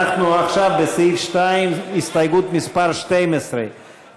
אנחנו עכשיו בסעיף 2. הסתייגות מס' 12,